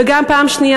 ושנית,